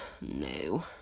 no